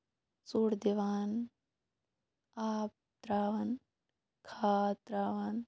ژوٚڈ دِوان آب ترٛاوان کھاد ترٛاوان